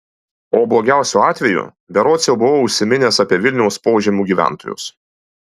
o blogiausiu atveju berods jau buvau užsiminęs apie vilniaus požemių gyventojus